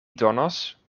donos